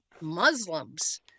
Muslims